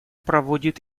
проводит